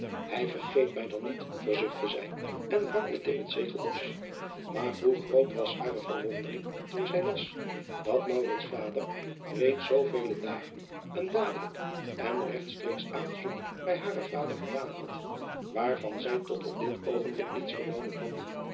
ij vergeet mij dan niet verzuchtte zij en brak driaan oosjes zn et leven van aurits ijnslager meteen het zegel los aar hoe groot was hare verwondering toen zij las dat vader reeds zoovele dagen een dadelijk en regtstreeksch aanzoek bij haren vader gedaan had waarvan zij tot op dit oogenblik niets vernomen had